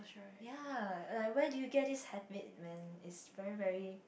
ya like where do you get this habit man it's very very